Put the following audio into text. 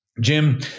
jim